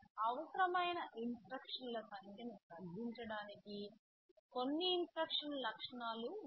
అవసరమైన ఇన్స్ట్రక్షన్ల సంఖ్యను తగ్గించడానికి కొన్ని ఇన్స్ట్రక్షన్ లక్షణాలు ఉన్నాయి